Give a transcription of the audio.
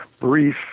brief